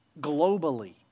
globally